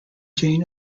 jane